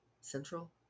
central